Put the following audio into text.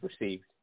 received